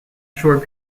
short